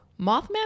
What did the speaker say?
Mothman